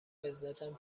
عزتم